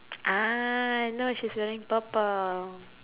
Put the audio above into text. ah no she's wearing purple